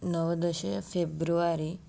नवदशे February